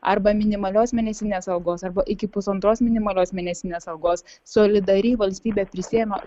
arba minimalios mėnesinės algos arba iki pusantros minimalios mėnesinės algos solidariai valstybė prisiėmė